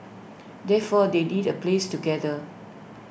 therefore they need A place to gather